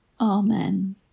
Amen